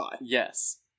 Yes